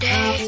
Day